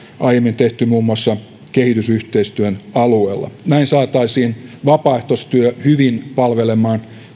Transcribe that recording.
aiemmin tehty muun muassa kehitysyhteistyön alueella näin saataisiin vapaaehtoistyö hyvin palvelemaan